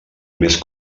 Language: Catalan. més